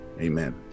amen